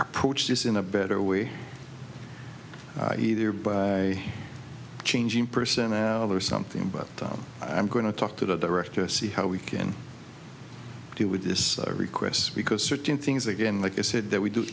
approach this in a better way either by changing personnel or something but i'm going to talk to the director see how we can deal with this request because certain things again like i said that we do